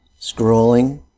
scrolling